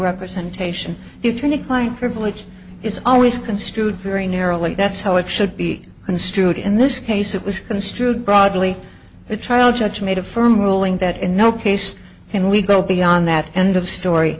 representation the attorney client privilege is always construed very narrowly that's how it should be construed in this case it was construed broadly the trial judge made a firm ruling that in no case can we go beyond that end of story